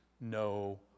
no